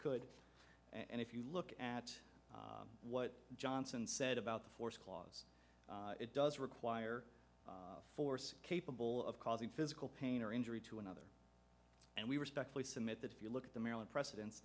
could and if you look at what johnson said about the force clause it does require force capable of causing physical pain or injury to another and we respectfully submit that if you look at the maryland preceden